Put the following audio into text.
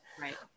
right